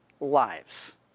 lives